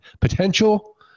potential